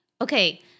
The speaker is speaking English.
okay